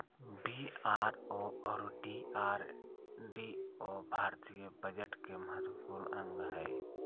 BRO और DRDO भारतीय budget के महत्वपूर्ण अंग हय